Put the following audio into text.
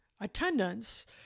attendance